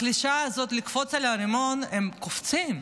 הקלישאה הזאת "לקפוץ על הרימון" הם קופצים,